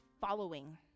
following